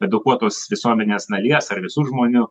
edukuotos visuomenės dalies ar visų žmonių